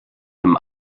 dem